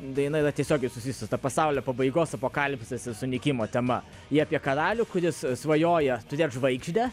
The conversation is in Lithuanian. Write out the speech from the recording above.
daina yra tiesiogiai susijusi su ta pasaulio pabaigos apokalipsės ir sunykimo tema ji apie karalių kuris svajoja turėt žvaigždę